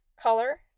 color